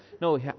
No